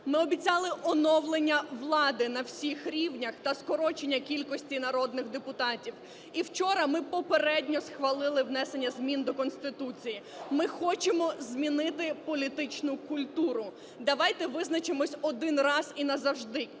Ми обіцяли оновлення влади на всіх рівнях та скорочення кількості народних депутатів, і вчора ми попередньо схвалили внесення змін до Конституції. Ми хочемо змінити політичну культуру. Давайте визначимось один раз і назавжди: